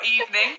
evening